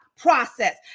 process